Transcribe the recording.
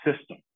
system